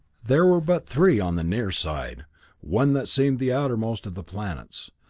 there were but three on the near side one that seemed the outermost of the planets,